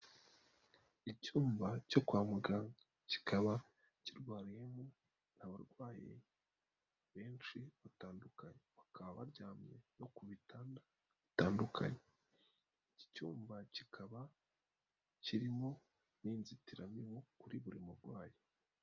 Icyumba cyo kwa muganga kikaba kirwariyemo abarwayi benshi batandukanye. Bakaba baryamye no ku bitanda bitandukanye. Iki cyumba kikaba kirimo n'inzitiramibu kuri buri murwayi.